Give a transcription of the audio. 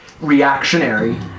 reactionary